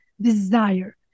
desire